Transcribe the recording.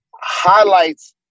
highlights